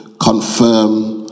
confirm